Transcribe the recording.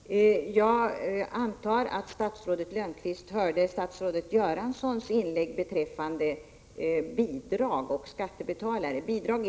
Herr talman! Jag antar att statsrådet Lönnqvist hörde statsrådet Göranssons inlägg beträffande bidrag och skatt. Bidrag